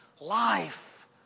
life